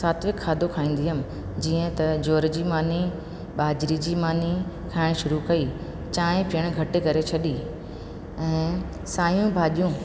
सात्विक खाधो खाईंदी हुअमि जीअं त जवर जी मानी बाजरे जी मानी खाइणु शुरु कई चांहि पीअणु घटि करे छॾी ऐं साइयूं भाॼियूं